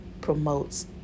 promotes